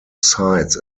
sites